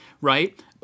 right